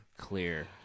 Clear